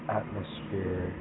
atmosphere